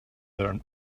their